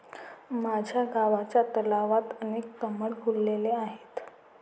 माझ्या गावच्या तलावात अनेक कमळ फुलले आहेत